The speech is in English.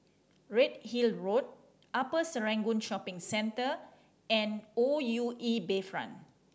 Redhill Road Upper Serangoon Shopping Centre and O U E Bayfront